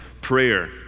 prayer